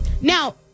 now